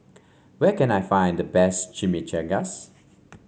where can I find the best Chimichangas